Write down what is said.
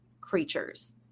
creatures